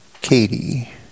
Katie